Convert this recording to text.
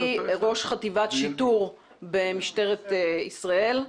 ראש חטיבת שיטור במשטרת ישראל.